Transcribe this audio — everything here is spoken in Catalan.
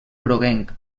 groguenc